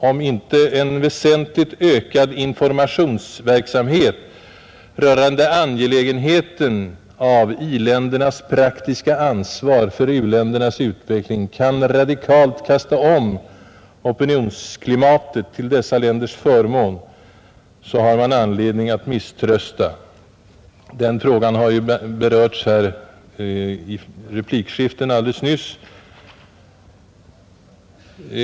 Om inte en väsentligt ökad informationsverksamhet rörande angelägenheten av i-ländernas praktiska ansvar för u-ländernas utveckling radikalt kan förändra opinionsklimatet till dessa länders förmån, har man anledning att misströsta. Den saken berördes i replikskiftena nyss.